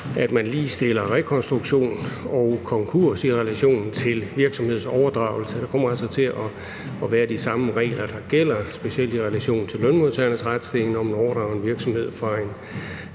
at man ligestiller rekonstruktion og konkurs i relation til virksomhedsoverdragelse. Det kommer altså til at være de samme regler, der gælder, specielt i relation til lønmodtagernes retsstilling, når man overdrager en virksomhed i en